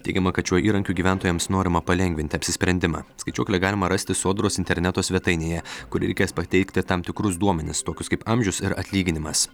teigiama kad šiuo įrankiu gyventojams norima palengvinti apsisprendimą skaičiuoklę galima rasti sodros interneto svetainėje kur reikės pateikti tam tikrus duomenis tokius kaip amžius ir atlyginimas